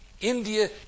India